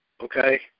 okay